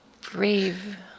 brave